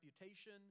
reputation